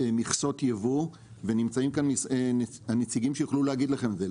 מכסות יבוא ונמצאים כאן הנציגים שיוכלו להגיד לכם את זה.